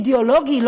אידאולוגי,